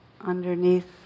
underneath